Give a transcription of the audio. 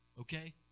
Okay